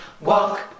walk